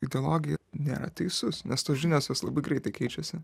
ideologija nėra teisus nes tos žinios labai greitai keičiasi